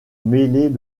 mêler